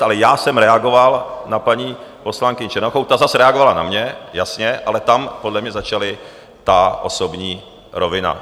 Ale já jsem reagoval na paní poslankyni Černochovou, ta zase reagovala na mě, jasně, ale tam podle mě začala ta osobní rovina.